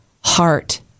heart